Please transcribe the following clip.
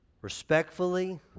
respectfully